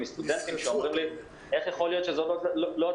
ומסטודנטים שאומרים לי: איך יכול להיות שזאת לא התמונה?